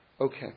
Okay